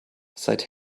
seit